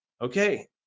okay